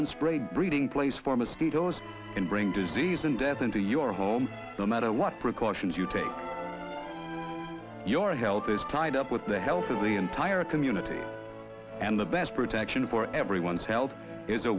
an sprayed breeding place for mosquitoes can bring disease and death into your home no matter what precautions you take your health is tied up with the health of the entire community and the best protection for everyone's health is a